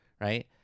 right